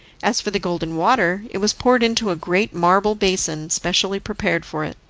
as for the golden water it was poured into a great marble basin specially prepared for it,